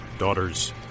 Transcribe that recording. daughter's